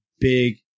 big